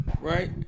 right